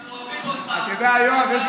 אתה, אנחנו אוהבים אותך, אתה איש טוב,